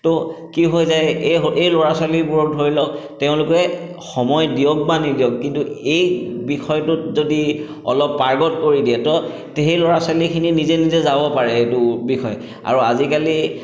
তো কি হৈ যায় এই স এই ল'ৰা ছোৱালীবোৰক ধৰি লওক তেওঁলোকে সময় দিয়ক বা নিদিয়ক কিন্তু এই বিষয়টোত যদি অলপ পাৰ্গত কৰি দিয়ে তো তে সেই ল'ৰা ছোৱালীখিনি নিজে নিজে যাব পাৰে এইটো বিষয় আৰু আজিকালি